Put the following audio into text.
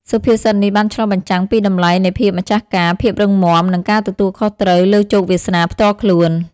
សុភាសិតនេះបានឆ្លុះបញ្ចាំងពីតម្លៃនៃភាពម្ចាស់ការ ភាពរឹងមាំ និងការទទួលខុសត្រូវលើជោគវាសនាផ្ទាល់ខ្លួន។